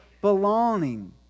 belonging